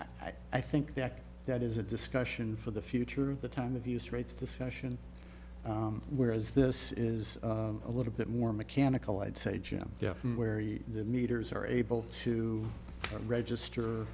so i think that that is a discussion for the future of the time of use rates discussion whereas this is a little bit more mechanical i'd say jim i'm wary the meters are able to register